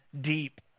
deep